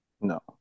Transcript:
No